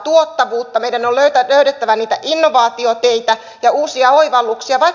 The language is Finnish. meidän on löydettävä niitä innovaatioteitä ja uusia oivalluksia